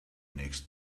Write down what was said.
next